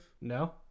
No